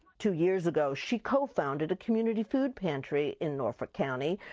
two years ago she co-founded a community food pantry in norfolk county.